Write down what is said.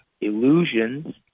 illusions